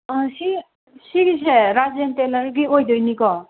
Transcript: ꯁꯤ ꯁꯤꯒꯤꯁꯦ ꯔꯥꯖꯦꯟ ꯇꯦꯂꯔꯒꯤ ꯑꯣꯏꯗꯣꯏꯅꯤꯀꯣ